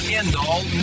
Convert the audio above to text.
end-all